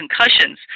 concussions